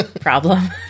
problem